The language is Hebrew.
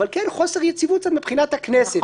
אבל כן חוסר יציבות מבחינת הכנסת,